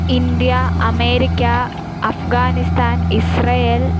India America Afghanistan Israel